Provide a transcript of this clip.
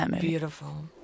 beautiful